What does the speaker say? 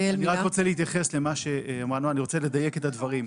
אני רוצה להתייחס למה שאמרה נעה בן שבת ולדייק את הדברים.